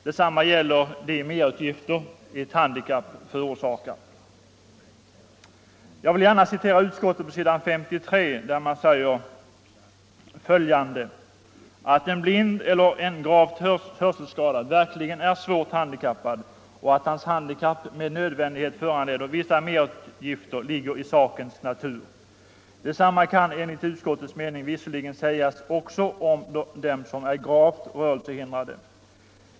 Detsamma gäller de merutgifter ett sådant handikapp förorsakar. Jag vill gärna citera utskottsbetänkandet på s. 53: ”Att en blind eller en gravt hörselskadad verkligen är svårt handikappad och att hans handikapp med nödvändighet föranleder vissa merutgifter ligger i sakens natur. Detsamma kan enligt utskottets mening visserligen sägas också om dem som är gravt rörelsehindrade.